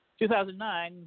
2009